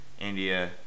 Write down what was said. India